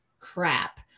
crap